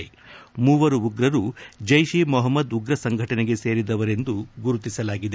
ಪತ ಮೂವರು ಉಗ್ರರು ಜೈಶ್ ಇ ಮೊಪಮ್ದ್ ಉಗ್ರ ಸಂಘಟನೆಗೆ ಸೇರಿದವೆಂದು ಗುರುತಿಸಲಾಗಿದೆ